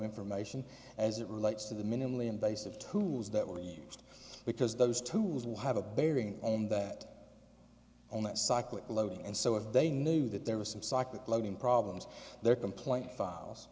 information as it relates to the minimally invasive tools that will be used because those tools will have a bearing on that on that cyclic loading and so if they knew that there was some cyclic loading problems their complaint files